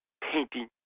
Painting